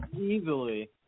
Easily